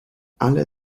alle